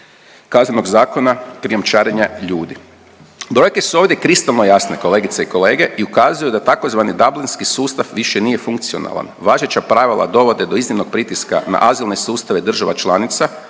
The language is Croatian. Kaznenog zakona krijumčarenja ljudi. Brojke su ovdje kristalno jasne kolegice i kolege i ukazuju da tzv. dablinski sustav više nije funkcionalan. Važeća pravila dovode do iznimnog pritiska na azile sustave država članice